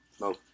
no